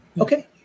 Okay